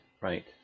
right